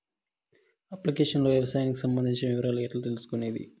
Application లో వ్యవసాయానికి సంబంధించిన వివరాలు ఎట్లా తెలుసుకొనేది?